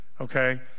okay